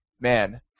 Man